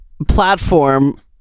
platform